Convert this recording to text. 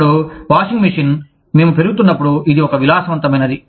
ఇప్పుడు washing machine మేము పెరుగుతున్నప్పుడు ఇది ఒక విలాసవంతమైనది